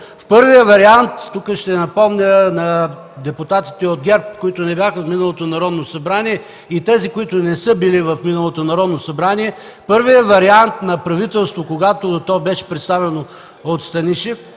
Първият вариант, ще напомня на депутатите от ГЕРБ, които не бяха в миналото Народно събрание и на тези, които не са били в миналото Народно събрание, първият вариант на правителството, когато то беше представено от Станишев,